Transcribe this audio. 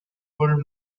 full